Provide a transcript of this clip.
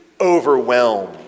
overwhelmed